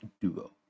duo